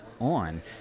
on